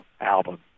album